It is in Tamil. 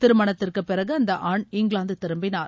திருமணத்திற்கு பிறகு அந்த ஆண் இங்கிலாந்து திரும்பினார்